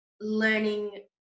learning